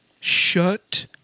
Shut